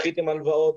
דחיתם הלוואות,